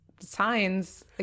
signs